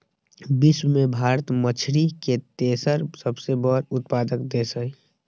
विश्व में भारत मछरी के तेसर सबसे बड़ उत्पादक देश हई